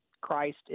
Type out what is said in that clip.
Christ